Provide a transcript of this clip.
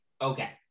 okay